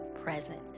present